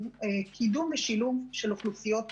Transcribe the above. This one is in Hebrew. קידום ושילוב של אוכלוסיות ייחודיות.